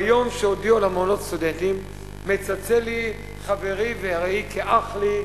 ביום שהודיעו על מעונות הסטודנטים מצלצל לי חברי ורעי כאח לי,